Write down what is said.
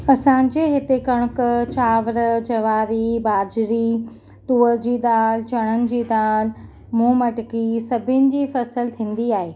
असांजे हिते कणिक चांवर जवारी ॿाझिरी तूअर जी दाल चणनि जी दाल मूंग मटिकी सभिनि जी फ़सुल थींदी आहे